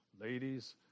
ladies